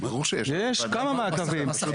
יש כמה מעקבים.